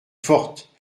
forte